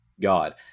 god